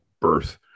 birth